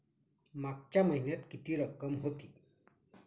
मागच्या महिन्यात किती रक्कम होती?